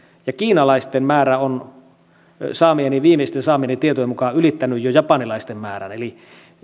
ja kiinalaisten määrä on viimeisten saamieni tietojen mukaan ylittänyt jo japanilaisten määrän eli